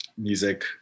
music